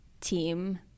team